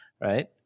right